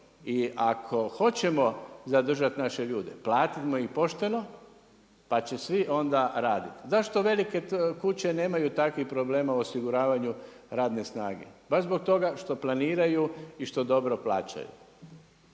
I ako hoćemo zadržati naše ljude, platit mu ih pošteno, pa će svi onda raditi. Zašto velike kuće nemaju takvih problema u osiguravanju radne snage? Baš zbog toga što planiraju i što dobro plaćaju.